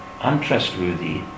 untrustworthy